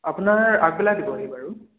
আপোনাৰ আগবেলা দিবহি বাৰু